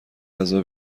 غذا